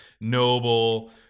noble